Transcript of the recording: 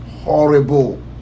horrible